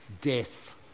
death